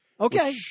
Okay